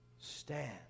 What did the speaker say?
stand